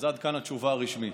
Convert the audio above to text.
עד כאן התשובה הרשמית.